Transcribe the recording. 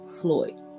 Floyd